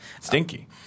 Stinky